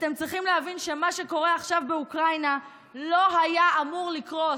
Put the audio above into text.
אתם צריכים להבין שמה שקורה עכשיו באוקראינה לא היה אמור לקרות.